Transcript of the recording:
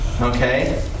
Okay